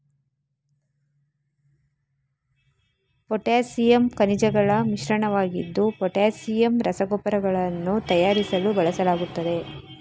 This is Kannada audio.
ಪೊಟ್ಯಾಸಿಯಮ್ ಖನಿಜಗಳ ಮಿಶ್ರಣವಾಗಿದ್ದು ಪೊಟ್ಯಾಸಿಯಮ್ ರಸಗೊಬ್ಬರಗಳನ್ನು ತಯಾರಿಸಲು ಬಳಸಲಾಗುತ್ತದೆ